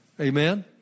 Amen